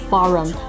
Forum